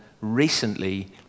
recently